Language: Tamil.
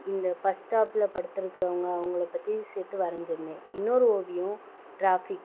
இந்த பஸ் ஸ்டாப்பில் படுத்திருக்கிறவங்க அவங்களைப் பற்றி சேர்த்து வரைஞ்சிருந்தேன் இன்னொரு ஓவியம் ட்ராஃபிக்